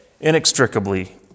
inextricably